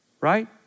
Right